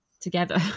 together